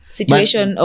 situation